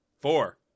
four